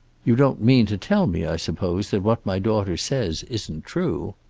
you don't mean to tell me, i suppose, that what my daughter says isn't true.